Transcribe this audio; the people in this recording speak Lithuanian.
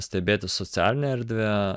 stebėti socialinę erdvę